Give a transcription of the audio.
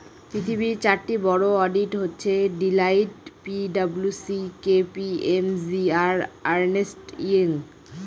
পৃথিবীর চারটি বড়ো অডিট হচ্ছে Deloitte P W C K P M G আর আর্নেস্ট ইয়ং